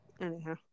Anyhow